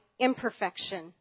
imperfection